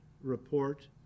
report